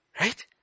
Right